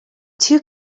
two